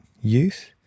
youth